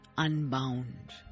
Unbound